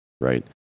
right